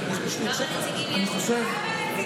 כמה נציגים יש לך?